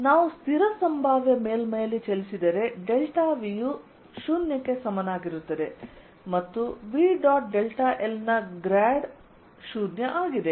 ನಾವು ಸ್ಥಿರ ಸಂಭಾವ್ಯ ಮೇಲ್ಮೈಯಲ್ಲಿ ಚಲಿಸಿದರೆ ಡೆಲ್ಟಾ V ಯು 0 ಗೆ ಸಮನಾಗಿರುತ್ತದೆ ಮತ್ತು V ಡಾಟ್ ಡೆಲ್ಟಾ l ನ ಗ್ರೇಡ್ 0 ಆಗಿದೆ